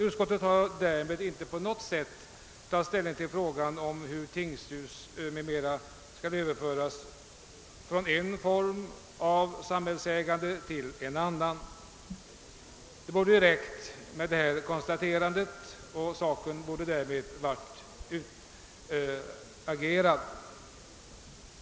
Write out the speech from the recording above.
Utskottet har därmed inte på något sätt tagit ställning till frågan om hur tingshus m.m. skall överföras från en form av samhällsägande till en annan. Det borde räcka med detta konstaterande och saken borde därmed ha varit utagerad.